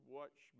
watch